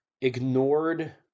ignored